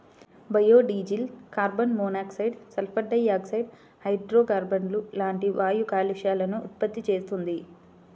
biodiesel carbon monoxide, sulphur dioxide, హైడ్రోకార్బన్లు లాంటి వాయు కాలుష్యాలను ఉత్పత్తి చేస్తుంది